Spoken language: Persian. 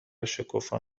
شکوفا